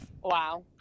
Wow